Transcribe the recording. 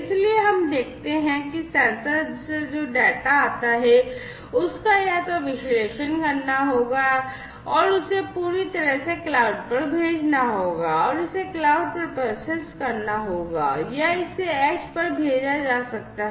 इसलिए हम देखते हैं कि सेंसर से जो डेटा आता है उसका या तो विश्लेषण करना होगा और उसे पूरी तरह से क्लाउड पर भेजना होगा और इसे क्लाउड पर प्रोसेस करना होगा या इसे edge पर भेजा जा सकता है